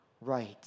right